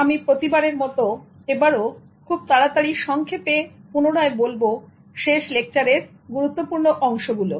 আমি প্রতিবারের মত এবার ও খুব তাড়াতাড়ি সংক্ষেপে পুনরায় বলব শেষ লেকচারের গুরুত্বপূর্ণ অংশগুলো